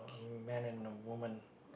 a man and a woman